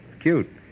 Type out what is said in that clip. Cute